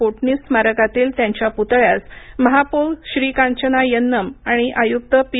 कोटणीस स्मारकातील त्यांच्या प्तळ्यास महापौर श्रीकांचना यन्नम आणि आयुक्त पी